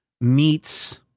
meets